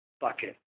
bucket